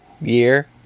year